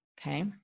Okay